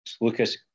Lucas